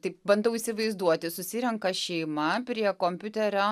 taip bandau įsivaizduoti susirenka šeima prie kompiuterio